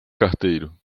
carteiro